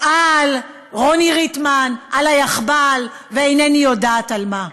על רוני ריטמן, על היאחב"ל ואינני יודעת על מה.